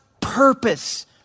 purpose